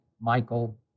Michael